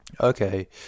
Okay